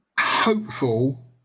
hopeful